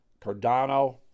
Cardano